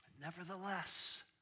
Nevertheless